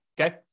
okay